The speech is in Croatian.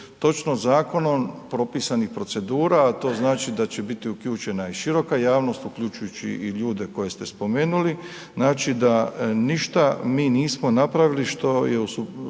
točno zakonom propisanih procedura, a to znači da će biti uključena i široka javnost, uključujući i ljude koje ste spomenuli. Znači da ništa mi nismo napravili što nije u skladu